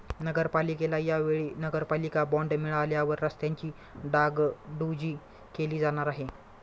नगरपालिकेला या वेळी नगरपालिका बॉंड मिळाल्यावर रस्त्यांची डागडुजी केली जाणार आहे